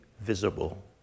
visible